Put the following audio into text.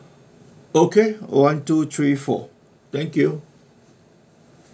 okay one two three four thank you